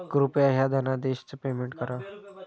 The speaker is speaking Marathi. कृपया ह्या धनादेशच पेमेंट करा